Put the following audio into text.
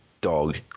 dog